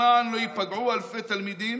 למען לא ייפגעו אלפי תלמידים